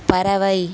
பறவை